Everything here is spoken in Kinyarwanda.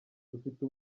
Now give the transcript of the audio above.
dufite